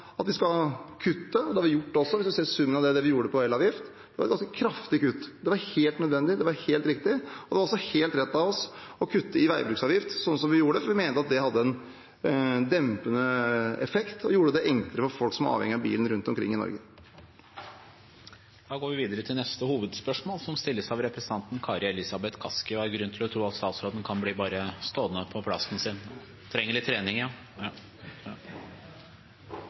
at vi skal kutte. Det har vi også gjort – om representanten ser summen av det de gjorde på elavgift – et kraftig kutt. Det var helt nødvendig; det var helt riktig. Det var også helt rett av oss å kutte i veibruksavgiften sånn vi gjorde, for vi mente det hadde en dempende effekt og gjorde det enklere for folk som er avhengig av bilen rundt omkring i Norge. Da går vi videre til neste hovedspørsmål. Jeg har grunn til å tro at statsråden kan bli stående på plassen sin – han trenger litt trening, ja.